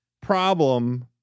problem